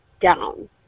down